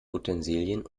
utensilien